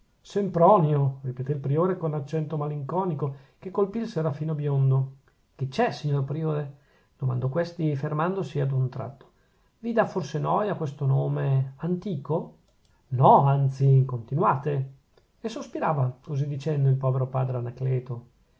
sempronio sempronio ripetè il priore con accento malinconico che colpì il serafino biondo che c'è signor priore domandò questi fermandosi ad un tratto vi dà forse noia questo nome antico no anzi continuate e sospirava così dicendo il povero padre anacleto